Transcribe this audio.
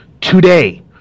today